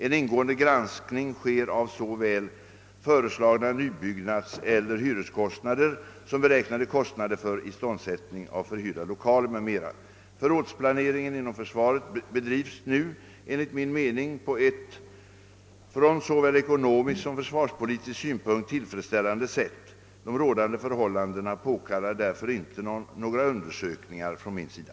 En ingående granskning sker av såväl föreslagna nybyggnadseller hyreskostnader som beräknade kostnader för iståndsättning av förhyrda lokaler m.m. Förrådsplaneringen inom försvaret bedrivs nu enligt min mening på ett från såväl ekonomisk som försvarspolitisk synpunkt tillfredsställande sätt. De rådande förhållandena påkallar därför inte några undersökningar från min sida.